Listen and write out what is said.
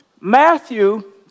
Matthew